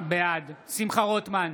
בעד שמחה רוטמן,